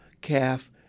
calf